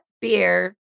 beer